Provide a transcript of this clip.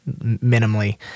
minimally